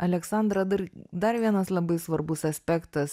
aleksandra dar dar vienas labai svarbus aspektas